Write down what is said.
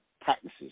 practices